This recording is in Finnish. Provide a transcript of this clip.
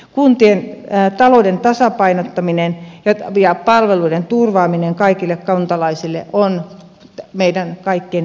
kuntien talouden tasapainottaminen ja palveluiden turvaaminen kaikille kuntalaisille on meidän kaikkien ydinkysymys